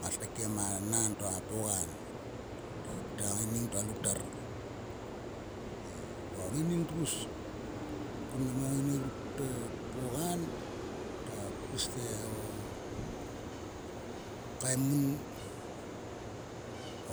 Ngat keikiem a nan to a pogan. Te a ngaining to a loutar ei va o ngaining tgus. Kun mnam o ngaining ruk te pogan ta pis te o kaimun.